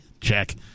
Check